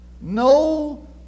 no